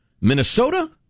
Minnesota